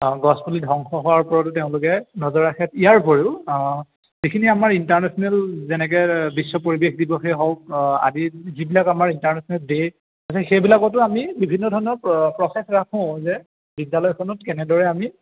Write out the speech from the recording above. গছপুলি ধ্বংস হোৱাৰ ওপৰতো তেওঁলোকে নজৰ ৰাখে ইয়াৰ উপৰিও যিখিনি আমাৰ ইণ্টাৰনেচনেল যেনেকে বিশ্ব পৰিৱেশ দিৱসে হওক আদি যিবিলাক আমাৰ ইণ্টাৰনেচনেল ডে' আছে সেইবিলাকতো আমি বিভিন্ন ধৰণৰ প্ৰচেছ ৰাখোঁ যে বিদ্যালয়খনত কেনেদৰে আমি